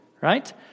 right